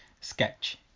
sketch